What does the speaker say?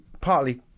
partly